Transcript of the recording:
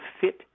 fit